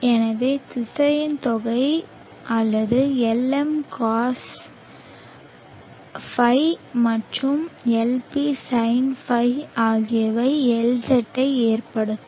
எனவே திசையன் தொகை அல்லது Lm cosϕ மற்றும் Lp sinϕ ஆகியவை Lz ஐ ஏற்படுத்தும்